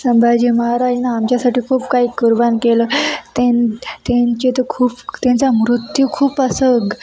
संभाजी महाराजनं आमच्यासाठी खूप काही कुर्बान केलं ते त्यांचे त खूप त्यांचा मृत्यू खूप असं